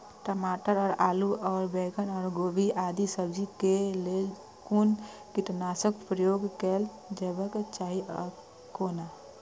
टमाटर और आलू और बैंगन और गोभी आदि सब्जी केय लेल कुन कीटनाशक प्रयोग कैल जेबाक चाहि आ कोना?